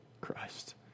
Christ